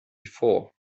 before